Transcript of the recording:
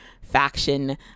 faction